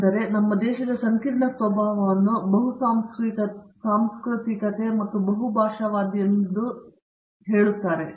ಆದ್ದರಿಂದ ನಮ್ಮ ದೇಶದ ಸಂಕೀರ್ಣ ಸ್ವಭಾವವನ್ನು ಬಹುಸಾಂಸ್ಕೃತಿಕತೆ ಮತ್ತು ಬಹುಭಾಷಾವಾದಿ ಎಂದು ನಿಮಗೆ ತಿಳಿದಿರಬೇಕು